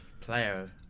Player